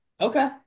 okay